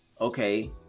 okay